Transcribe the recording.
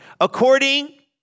According